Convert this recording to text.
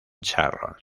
charlotte